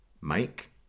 Mike